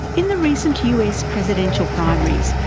in the recent us presidential primaries,